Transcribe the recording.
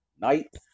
night